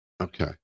Okay